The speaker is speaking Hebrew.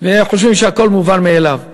וחושבים שהכול מובן מאליו.